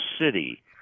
city